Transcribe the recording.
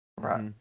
Right